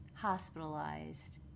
hospitalized